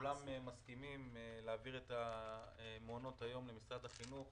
שכולם מסכימים להעביר את מעונות היום למשרד החינוך,